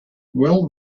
well